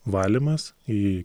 valymas į